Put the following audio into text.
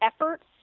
efforts